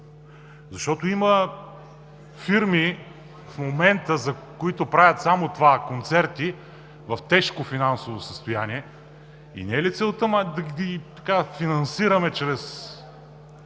Защото има фирми в момента, които правят само това – концерти, в тежко финансово състояние. Не е ли целта да ги финансираме чрез